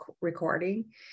recording